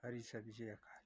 हरी सब्ज़ियाँ खा